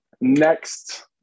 Next